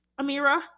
Amira